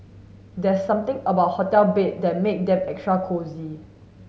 there's something about hotel bed that make them extra cosy